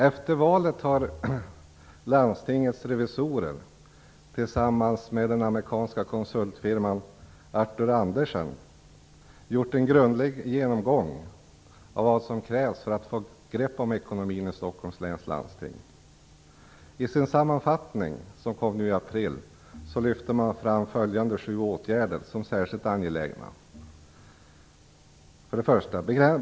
Efter valet har Stockholms läns landstings revisorer tillsammans med den amerikanska konsultfirman Artur Andersen gjort en grundlig genomgång av vad som krävs för att få grepp om ekonomin. I sin sammanfattning, som kom nu i april, lyfte man fram följande sju åtgärder som särskilt angelägna: 1.